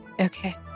okay